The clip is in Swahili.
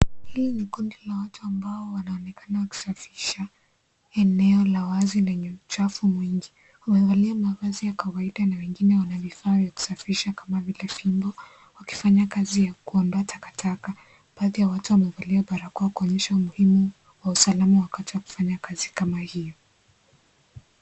Hii ni kundi la watu ambao wanaonekana kusafisha eneo la wazi lenye uchafu mwingi, wamevalia mavazi ya kawaida na wengine wana vifaa vya kusafisha kama vile fimbo, wakifanya kazi ya kuondoa takataka. Baadhi ya watu wamevalia barakoa kuonyesha umuhimu wa usalama wakati wa kufanya kazi kama hiyo.